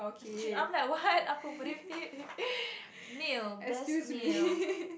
I am like what meal best meal